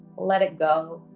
let it go.